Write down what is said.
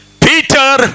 Peter